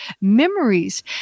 memories